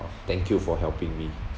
uh thank you for helping me